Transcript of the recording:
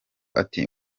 ati